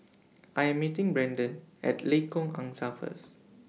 I Am meeting Braiden At Lengkok Angsa First